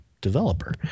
developer